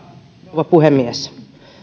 rouva puhemies